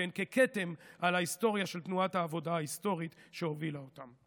שהן ככתם על ההיסטוריה של תנועת העבודה ההיסטורית שהובילה אותם.